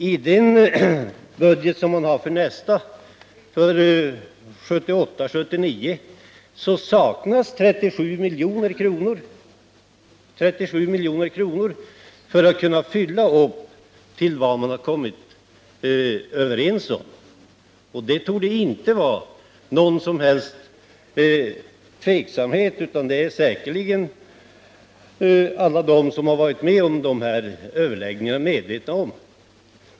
I budgeten för 1978/79 saknas 37 milj.kr. för att man skall komma upp till vad som har överenskommits. Det torde inte råda någon som helst tveksamhet, utan detta är säkerligen alla de som har varit med om dessa överläggningar medvetna om.